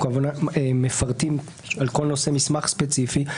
אנחנו כמובן מפרטים על כל נושא מסמך ספציפי,